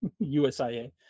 usia